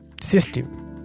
system